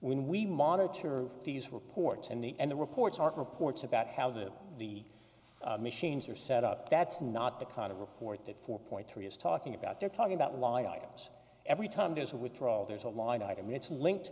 when we monitor these reports and the and the reports are reports about how the the machines are set up that's not the kind of report that four point three is talking about they're talking about law items every time there's a withdrawal there's a line item it's linked